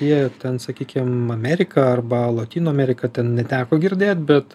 jie ten sakykim amerika arba lotynų amerika ten neteko girdėt bet